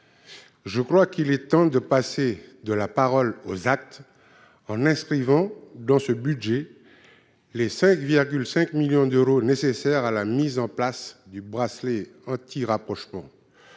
je crois qu'il est temps de passer de la parole aux actes en inscrivant dans ce budget, les 5,5 millions d'euros nécessaires à la mise en place du bracelet antirapprochement